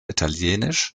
italienisch